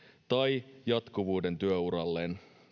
tai jatkuvuuden työuralleen